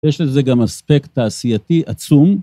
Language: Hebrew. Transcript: יש לזה גם אספקט תעשייתי עצום.